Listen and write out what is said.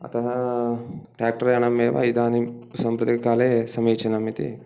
अतः ट्यक्टर्यानम् एव इदानीं साम्प्रतिककाले समीचीनम् इति